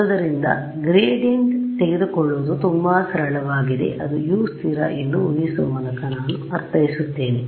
ಆದ್ದರಿಂದ ಗ್ರೇಡಿಯಂಟ್ ತೆಗೆದುಕೊಳ್ಳುವುದು ತುಂಬಾ ಸರಳವಾಗಿದೆ ಅದು U ಸ್ಥಿರ ಎಂದು ಊಹಿಸುವ ಮೂಲಕ ನಾನು ಅರ್ಥೈಸುತ್ತೇನೆ